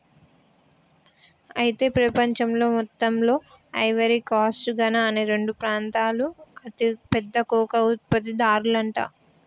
అయితే ప్రపంచంలో మొత్తంలో ఐవరీ కోస్ట్ ఘనా అనే రెండు ప్రాంతాలు అతి పెద్ద కోకో ఉత్పత్తి దారులంట